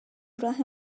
راه